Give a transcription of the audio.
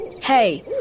Hey